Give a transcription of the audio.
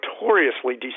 notoriously